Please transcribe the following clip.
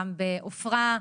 גם בעופרה.